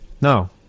No